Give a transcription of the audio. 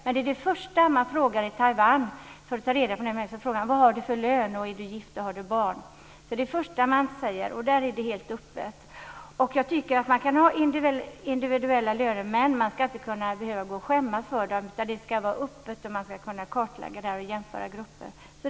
Men det är första man frågar efter i Taiwan innan man frågar personen i fråga om han eller hon är gift och har barn. Där är det helt öppet. Jag tycker att man kan ha individuella löner, men man ska inte behöva skämmas för dem, utan det hela ska vara öppet och det ska vara möjligt att kartlägga löner och jämföra grupper.